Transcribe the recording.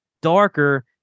darker